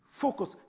Focus